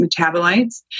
metabolites